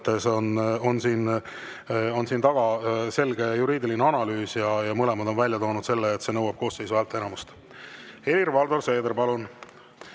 on siin taga selge juriidiline analüüs ja mõlemad on välja toonud selle, et see nõuab koosseisu häälteenamust. Helir-Valdor Seeder, palun,